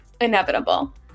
inevitable